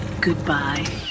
Goodbye